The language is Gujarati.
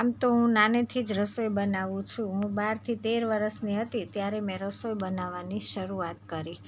આમ તો હું નાનેથી જ રસોઈ બનાવું છું હું બારથી તેર વર્ષની હતી ત્યારે મેં રસોઈ બનાવવાની શરૂઆત કરી